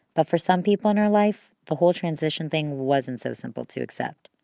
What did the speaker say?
but for some people in her life, the whole transition thing wasn't so simple to accept.